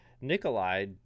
Nikolai